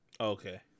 Okay